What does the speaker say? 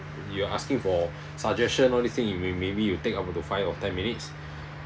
you are asking for suggestion all these things may maybe you take about five or ten minutes